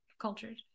cultured